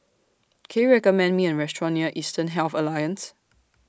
Can YOU recommend Me A Restaurant near Eastern Health Alliance